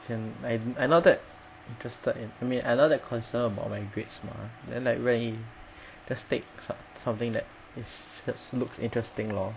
as in I I not that interested in I mean I not that concerned about my grades mah then like 任意 the stakes are something that is looks interesting lor